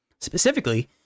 Specifically